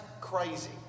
crazy